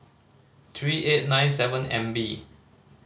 three eight nine seven M B